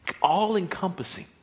all-encompassing